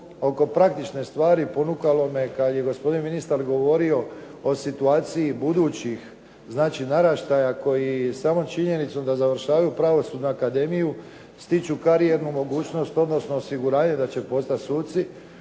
oko praktične stvari ponukalo me kada je gospodin ministar govorio o situaciji budućih naraštaja koji samo činjenicom da završavaju pravosudnu akademiju stiču karijernu mogućnost odnosno osiguranje da će postati suci,